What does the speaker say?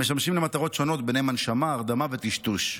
המשמשים למטרות שונות, ובהן הנשמה, הרדמה וטשטוש.